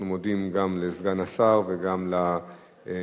אנחנו מודים גם לסגן השר וגם למציע.